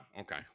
okay